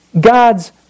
God's